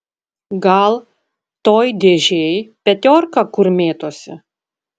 gal toj dėžėj petiorka kur mėtosi